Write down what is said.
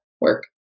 work